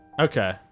Okay